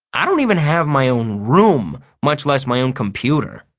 i don't even have my own room, much less my own computer.